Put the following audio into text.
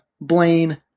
Blaine